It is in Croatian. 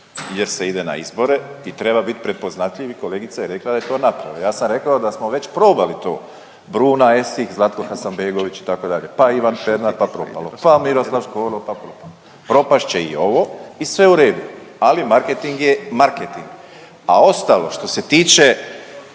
jer se ide na izbore i treba bit prepoznatljiv i kolegica je rekla da je to .../Govornik se ne razumije./... ja sam rekao da smo već probali to, Bruna Esih, Zlatko Hasanbegović, itd., pa Ivan Pernar, pa propalo, pa Miroslav Škoro pa propalo, propast će i ovo i sve u redu, ali marketing je marketing. A ostalo što se tiče